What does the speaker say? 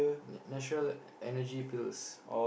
nat~ natural Energy Pills